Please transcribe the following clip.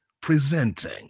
presenting